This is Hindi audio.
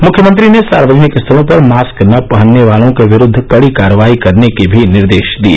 मुख्यमंत्री ने सार्वजनिक स्थलों पर मास्क न पहनने वालों के विरूद्व कड़ी कार्रवाई करने के भी निर्देश दिए